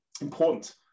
important